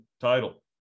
title